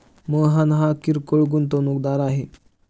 मोहन हा किरकोळ गुंतवणूकदार आहे